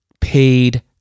paid